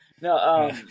no